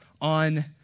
on